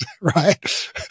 right